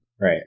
right